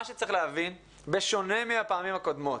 מה שצריך להבין, בשונה מהפעמים הקודמות,